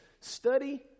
study